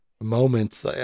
moments